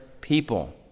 people